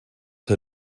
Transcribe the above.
her